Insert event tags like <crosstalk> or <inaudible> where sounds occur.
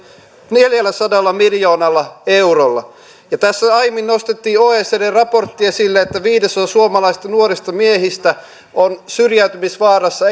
neljälläsadalla miljoonalla eurolla tässä aiemmin nostettiin oecdn raportti esille viidesosa suomalaisista nuorista miehistä on syrjäytymisvaarassa <unintelligible>